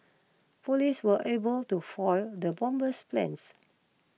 police were able to foil the bomber's plans